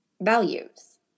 values